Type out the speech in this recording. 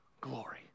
glory